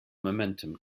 momentum